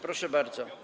Proszę bardzo.